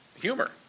humor